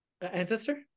Ancestor